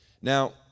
Now